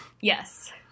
yes